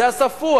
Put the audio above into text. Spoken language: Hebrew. את זה עשה פואד.